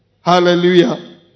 Hallelujah